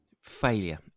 failure